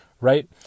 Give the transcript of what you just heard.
right